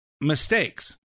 mistakes